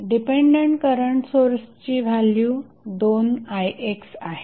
dependent current सोर्सची value 2ixआहे